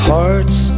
Hearts